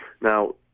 Now